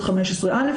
כלומר,